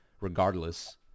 regardless